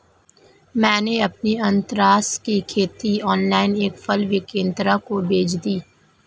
मैंने अपनी अनन्नास की खेती ऑनलाइन एक फल विक्रेता को बेच दी